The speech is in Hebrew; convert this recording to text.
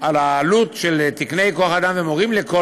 על העלות של תקני כוח-אדם ומורים לכל